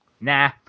Nah